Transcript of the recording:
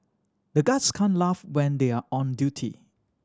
the guards can't laugh when they are on duty